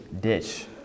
ditch